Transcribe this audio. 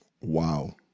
Wow